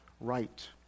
right